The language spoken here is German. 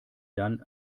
dann